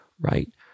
right